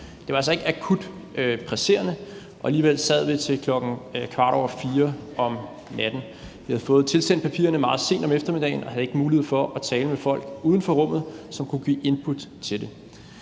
Det var altså ikke akut presserende, og alligevel sad vi til kl. 4.15 om natten. Vi havde fået tilsendt papirerne meget sent om eftermiddagen og havde ikke mulighed for at tale med folk uden for rummet, som kunne give input til det.